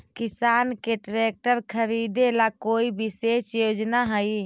किसान के ट्रैक्टर खरीदे ला कोई विशेष योजना हई?